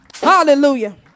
hallelujah